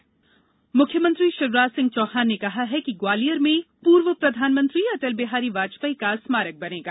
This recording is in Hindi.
अटल स्मारक मुख्यमंत्री शिवराज सिंह चौहान ने कहा है कि ग्वालियर में पूर्व प्रधानमंत्री अटल बिहारी वाजपेयी का स्मारक बनेगा